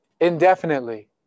indefinitely